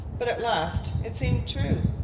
but at last it seemed true,